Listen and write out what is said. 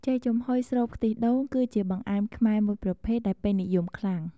ចេកចំហុយស្រូបខ្ទិះដូង គឺជាបង្អែមខ្មែរមួយប្រភេទដែលពេញនិយមខ្លាំង។